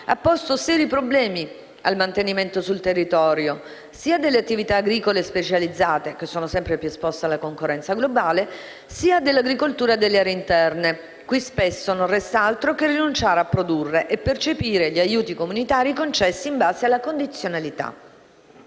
posto seri problemi al mantenimento sul territorio sia delle attività agricole specializzate (che sono sempre più esposte alla concorrenza globale), sia dell'agricoltura delle aree interne cui, spesso, non resta altro che rinunciare a produrre e percepire gli aiuti comunitari concessi in base alla condizionalità.